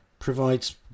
provides